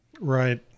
Right